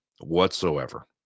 whatsoever